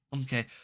Okay